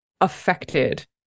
affected